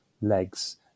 legs